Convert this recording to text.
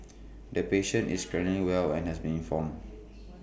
the patient is currently well and has been informed